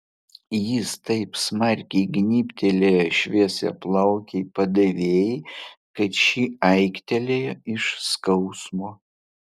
jis taip smarkiai gnybtelėjo šviesiaplaukei padavėjai kad ši aiktelėjo iš skausmo